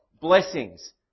blessings